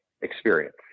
experience